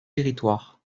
territoires